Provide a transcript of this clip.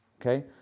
okay